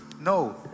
No